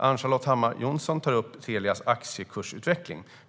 Ann-Charlotte Hammar Johnsson tar upp Telias aktiekursutveckling.